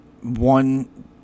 one